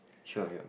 sure sure